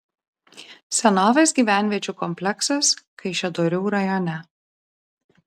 senovės gyvenviečių kompleksas kaišiadorių rajone